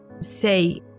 say